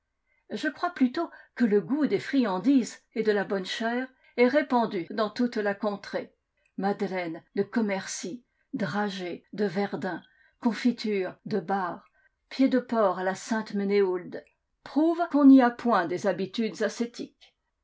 je crois plutôt que le goùl des friandises et de la bonne chère est répandu dans toute la contrée madeleines de commercy dragées de verdun confitures de bar pieds de porc à la sainte menehould prouvent qu'on n'y a point des habitudes ascétiques